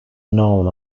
known